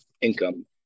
income